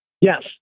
Yes